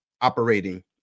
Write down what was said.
operating